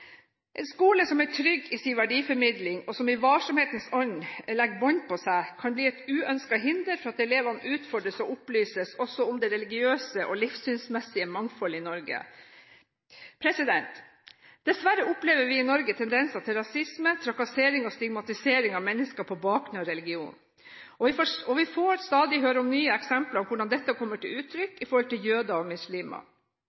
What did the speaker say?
En skole som er utrygg i sin verdiformidling, og som i varsomhetens ånd legger bånd på seg, kan bli et uønsket hinder for at elevene utfordres og opplyses også om det religiøse og livssynsmessige mangfoldet i Norge. Dessverre opplever vi i Norge tendenser til rasisme, trakassering og stigmatisering av mennesker på bakgrunn av religion. Vi får stadig nye eksempler på hvordan dette kommer til